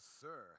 sir